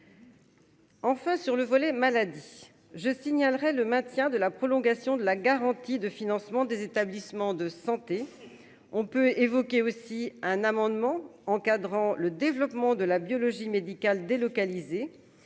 Enfin sur le volet maladie je signalerai le maintien de la prolongation de la garantie de financement des établissements de santé, on peut évoquer aussi un amendement encadrant le développement de la biologie médicale délocaliser